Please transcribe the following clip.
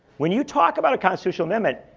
when you talk about a constitutional amendment,